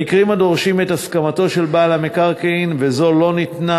במקרים הדורשים את הסכמתו של בעל המקרקעין וזו לא ניתנה,